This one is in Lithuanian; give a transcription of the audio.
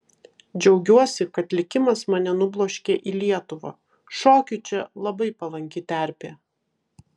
džiaugiuosi kad likimas mane nubloškė į lietuvą šokiui čia labai palanki terpė